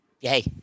Yay